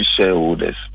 shareholders